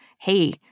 hey